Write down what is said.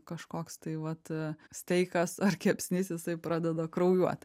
kažkoks tai vat steikas ar kepsnys jisai pradeda kraujuot